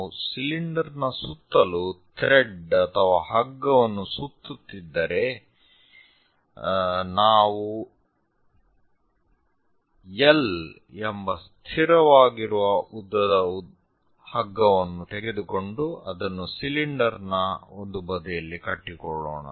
ನಾವು ಸಿಲಿಂಡರ್ ನ ಸುತ್ತಲೂ ಥ್ರೆಡ್ ಅಥವಾ ಹಗ್ಗವನ್ನು ಸುತ್ತುತ್ತಿದ್ದರೆ ನಾವು 'l' ಎಂಬ ಸ್ಥಿರವಾಗಿರುವ ಉದ್ದದ ಹಗ್ಗವನ್ನು ತೆಗೆದುಕೊಂಡು ಅದನ್ನು ಸಿಲಿಂಡರ್ನ ಒಂದು ಬದಿಯಲ್ಲಿ ಕಟ್ಟಿಕೊಳ್ಳೋಣ